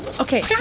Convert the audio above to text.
Okay